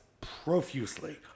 profusely